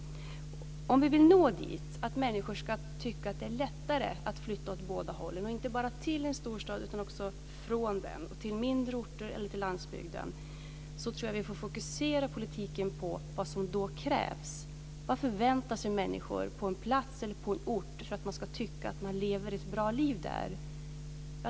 Om vi vill att människor ska tycka att det är lättare att flytta, inte bara till en storstad utan också från en storstad till mindre orter eller till landsbygden, tror jag att man måste fokusera politiken på vad som då krävs. Vad förväntar sig människor på en ort för att de ska tycka att de lever ett bra liv där?